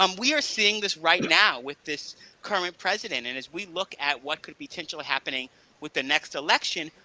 um we are seeing this right now with this current president. and as we look at what could be so happening with the next election,